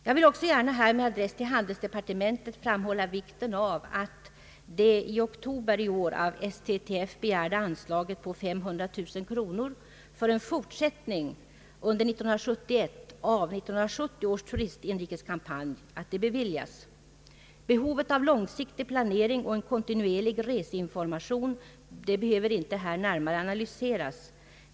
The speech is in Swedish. Jag vill också gärna här med adress till handelsdepartementet framhålla vikten av att det i oktober i år av Svenska turisttrafikförbundet begärda anslaget på 500 000 kronor för en fortsättning under 1971 av 1970 års turistinrikeskampanj beviljas. Behovet av långsiktig planering och en kontinuerlig reseinformation behöver inte här närmare analyseras.